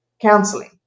counseling